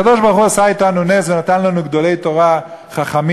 הקדוש-ברוך-הוא עשה אתנו נס ונתן לנו גדולי תורה חכמים